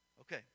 Okay